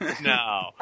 No